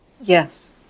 Yes